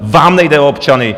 Vám nejde o občany.